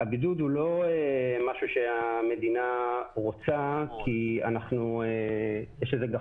הבידוד הוא לא משהו שהמדינה רוצה כגחמה.